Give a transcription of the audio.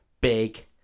big